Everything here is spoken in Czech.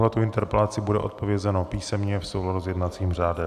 Na tuto interpelaci bude odpovězeno písemně v souladu s jednacím řádem.